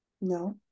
No